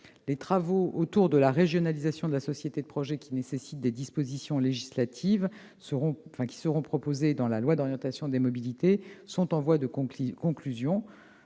Les travaux autour de la régionalisation de la société de projet, laquelle nécessite des dispositions législatives qui seront proposées dans le projet de loi d'orientation sur les mobilités, sont en voie de conclusion.